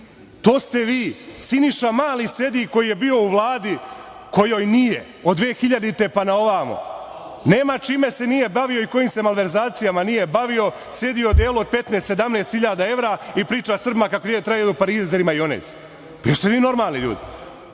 to ste vi. Siniša Mali sedi, koji je bio u Vladi u kojoj nije, od 2000. godine, pa na ovamo. Nema čime se nije bavio i kojim se malverzacijama nije bavio, sedi u odelu od 15, 17 hiljada evra i priča Srbima kako treba da jedu parizer i majonez. Da li ste vi normalni ljudi?